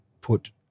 put